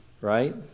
right